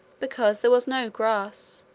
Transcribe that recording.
because there was no grass.